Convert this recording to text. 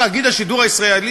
עכשיו בא תאגיד השידור הישראלי,